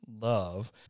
love